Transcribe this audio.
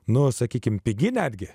na sakykime pigi netgi